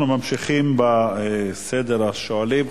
אנחנו ממשיכים בסדר השואלים.